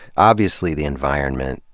obviously, the environment,